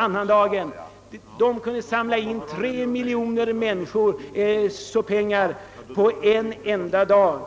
Det kunde under annandagen samla in 3 miljoner kronor på denna enda dag.